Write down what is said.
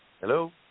Hello